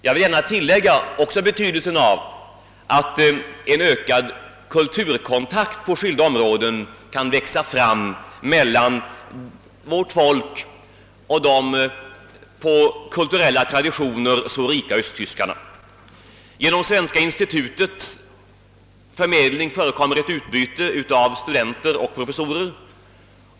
Jag vill gärna framhålla betydelsen av att en ökad kulturell kontakt på skilda områden kan växa fram mellan vårt folk och de på kulturella traditioner så rika östtyskarna. Genom svenska institutets förmedling förekommer ett utbyte av studenter och professorer.